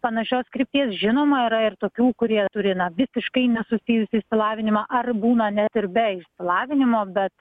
panašios krypties žinoma yra ir tokių kurie turi visiškai nesusijusį išsilavinimą ar būna net ir be išsilavinimo bet